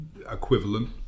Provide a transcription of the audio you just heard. equivalent